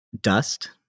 Dust